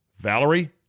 Valerie